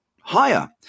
higher